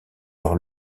leur